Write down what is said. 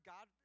God